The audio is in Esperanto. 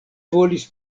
volis